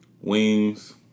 Wings